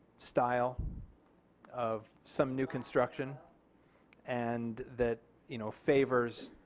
style of some new construction and that you know favors